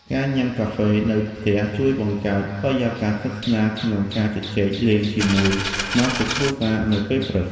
ការញ៉ាំកាហ្វេនៅផ្ទះជួយបង្កើតបរិយាកាសស្និទ្ធស្នាលក្នុងការជជែកលេងជាមួយសមាជិកគ្រួសារនៅពេលព្រឹក។